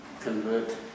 convert